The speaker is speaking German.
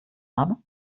habe